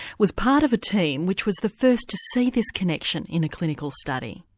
was part of a team which was the first to see this connection in a clinical study.